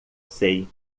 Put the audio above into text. sei